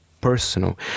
personal